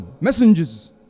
messengers